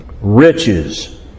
riches